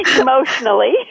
emotionally